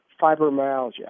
fibromyalgia